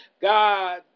God